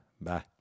Bye